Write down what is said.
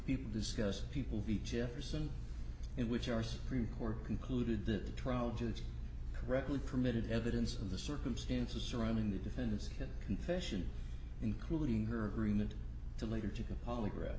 people discuss people v jefferson in which our supreme court concluded that the trial judge correctly permitted evidence of the circumstances surrounding the defendant's confession including her agreement to later to a polygraph